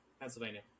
Pennsylvania